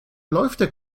läuft